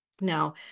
Now